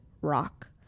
rock